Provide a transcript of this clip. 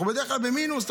אנחנו בדרך כלל במינוס,